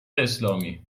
اسلامی